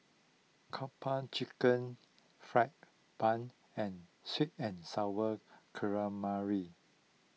Kung Po Chicken Fried Bun and Sweet and Sour Calamari